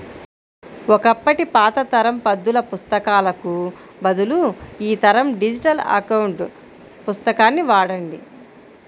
ఒకప్పటి పాత తరం పద్దుల పుస్తకాలకు బదులు ఈ తరం డిజిటల్ అకౌంట్ పుస్తకాన్ని వాడండి